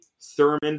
Thurman